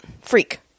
Freak